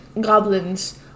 goblins